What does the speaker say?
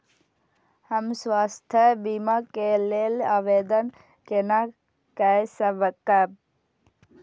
हम स्वास्थ्य बीमा के लेल आवेदन केना कै सकब?